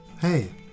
Hey